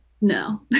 No